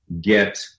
get